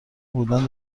بودن